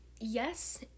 yes